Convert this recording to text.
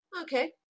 Okay